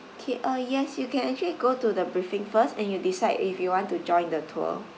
okay uh yes you can actually go to the briefing first and you decide if you want to join the tour